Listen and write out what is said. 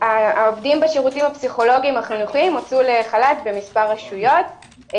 העובדים בשירותים הפסיכולוגיים הבריאותיים הוצאו לחל"ת במספר רשויות.